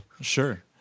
Sure